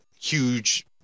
huge